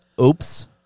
Oops